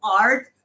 art